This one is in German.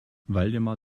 waldemar